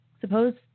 Suppose